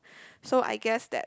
so I guess that